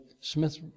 Smith